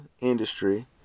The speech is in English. industry